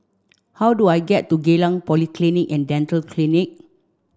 how do I get to Geylang Polyclinic and Dental Clinic